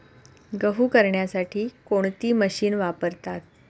गहू करण्यासाठी कोणती मशीन वापरतात?